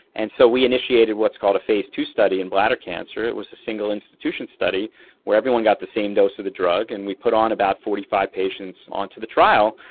and so we initiated what's called a phase two study in bladder cancer. it was single institution study where everyone got the same dose of the drug and we put on about forty five patients onto the trial.